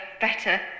better